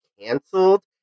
canceled